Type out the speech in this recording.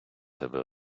тебе